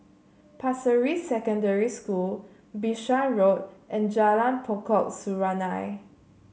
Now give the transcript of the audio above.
Pasir Ris Secondary School Bishan Road and Jalan Pokok Serunai